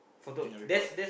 in your report